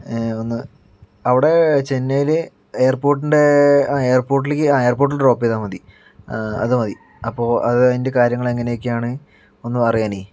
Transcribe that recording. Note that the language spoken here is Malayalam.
ഒന്ന് അവിടെ ചെന്നൈയിൽ എയർപോർട്ടിൻ്റെ ആ എയർപോർട്ടിലേയ്ക്ക് ആ എയർപോർട്ടിൽ ഡ്രോപ്പ് ചെയ്താൽ മതി അത് മതി അപ്പോൾ അതിൻ്റെ കാര്യങ്ങൾ എങ്ങനെയൊക്കെയാണ് ഒന്ന് അറിയാനേ